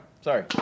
Sorry